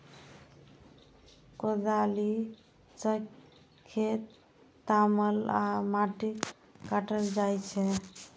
कोदाड़ि सं खेत तामल आ माटि काटल जाइ छै